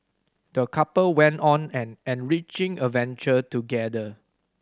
the couple went on an enriching adventure together